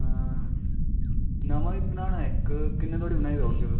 हां नमां बी बनाना इक किन्नै धोड़ी बनाई दे ईओड़गे तुस